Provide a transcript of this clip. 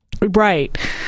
right